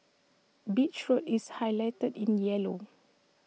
beach road is highlighted in yellow